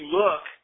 look